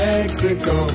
Mexico